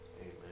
Amen